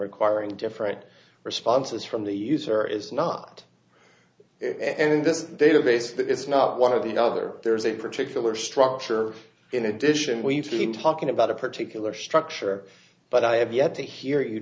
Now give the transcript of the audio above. requiring different responses from the user is not and this database that is not one of the other there is a particular structure in addition we've been talking about a particular structure but i have yet to hear you